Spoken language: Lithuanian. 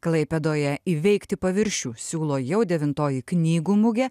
klaipėdoje įveikti paviršių siūlo jau devintoji knygų mugė